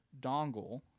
dongle